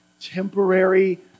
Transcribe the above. temporary